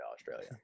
Australia